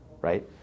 right